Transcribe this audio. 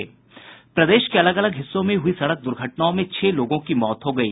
प्रदेश के अलग अलग हिस्सों में हुई सड़क दुर्घटनाओं में छह लोगों की मौत हो गयी